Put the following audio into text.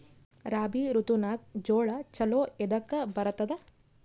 ರಾಬಿ ಋತುನಾಗ್ ಜೋಳ ಚಲೋ ಎದಕ ಬರತದ?